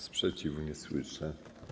Sprzeciwu nie słyszę.